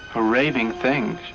a raving thing